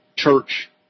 Church